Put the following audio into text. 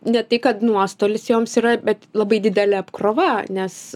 ne tai kad nuostolis joms yra bet labai didelė apkrova nes